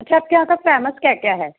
अच्छा आपके यहाँ का फ्यामस क्या क्या हैं